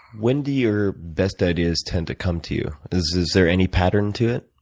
when do your best ideas tend to come to you? is is there any pattern to it?